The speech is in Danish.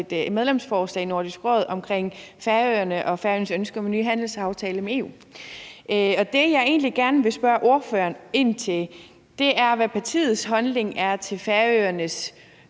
medlemsforslag i Nordisk Råd omkring Færøerne og Færøernes ønske om en ny handelsaftale med EU. Og det, jeg egentlig gerne vil spørge ordføreren om, er, hvad partiets holdning er til Færøernes